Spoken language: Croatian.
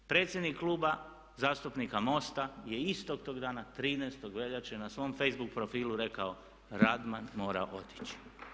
Predsjednik Kluba zastupnika MOST-a je istog tog dana 13. veljače na svom facebook profilu rekao Radman mora otići.